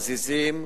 חזיזים,